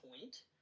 point